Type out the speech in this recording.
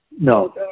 No